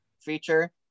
feature